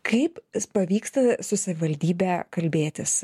kaip pavyksta su savivaldybe kalbėtis